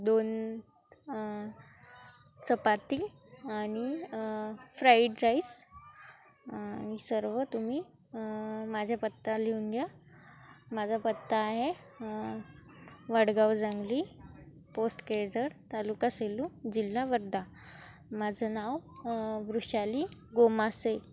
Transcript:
दोन चपाती आणि fried rice आणि सर्व तुम्ही माझ्या पत्ता लिहून घ्या माझा पत्ता आहे वडगाव जंगली पोस्ट केळझर तालुका सेलू जिल्हा वर्धा माझं नाव वृशाली गोमासे